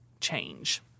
change